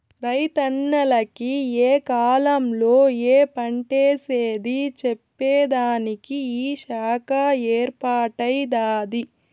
రైతన్నల కి ఏ కాలంలో ఏ పంటేసేది చెప్పేదానికి ఈ శాఖ ఏర్పాటై దాది